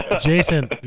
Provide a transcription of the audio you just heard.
Jason